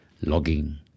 logging